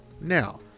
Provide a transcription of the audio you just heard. now